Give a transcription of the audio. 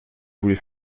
voulez